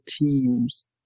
teams